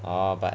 oh but